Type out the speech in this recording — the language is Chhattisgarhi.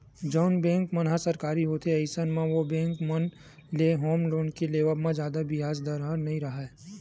जउन बेंक मन ह सरकारी होथे अइसन म ओ बेंक मन ले होम लोन के लेवब म जादा बियाज दर ह नइ राहय